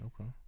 Okay